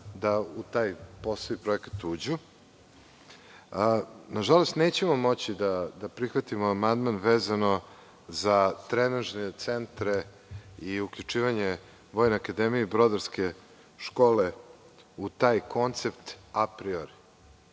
da u taj poslovni projekat uđu. Nažalost, nećemo moći da prihvatimo amandman vezano za trenažne centre i uključivanja Vojne akademije i Brodarske škole u taj koncept apriori.